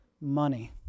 money